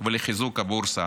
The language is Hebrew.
ובחיזוק של הבורסה.